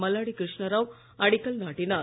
மல்லாடி கிருஷ்ணராவ் அடிக்கல் நாட்டினார்